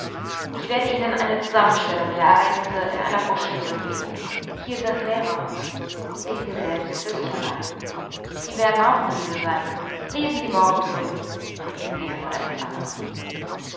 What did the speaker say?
ich werde ihnen eine zusammenstellung der ereignisse in einer broschüre geben hier sind mehrere lesen sie selbst für sich allein sie werden auch müde sein lesen sie morgen früh reden wir von etwas anderm